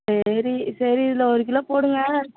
சரி சரி இதில் ஒரு கிலோ போடுங்கள்